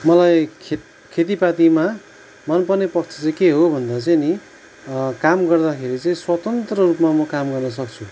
मलाई खेतिपातीमा मनपर्ने पक्ष चाहिँ के हो भन्दा चाहिँ नि काम गर्दाखेरि चाहिँ स्वतन्त्र रूपमा म काम गर्न सक्छु